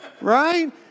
right